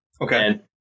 Okay